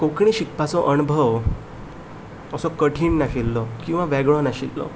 कोंकणी शिकपाचो अणभव तसो कठीण नाशिल्लो किंवां वेगळो नाशिल्लो